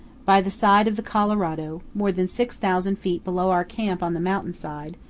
by the side of the colorado, more than six thousand feet below our camp on the mountain side,